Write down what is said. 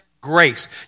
grace